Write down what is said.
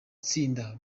tsinda